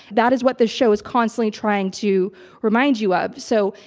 that is what the show is constantly trying to remind you ah of. so,